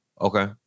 Okay